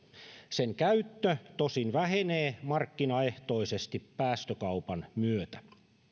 sen käyttö tosin vähenee markkinaehtoisesti päästökaupan myötä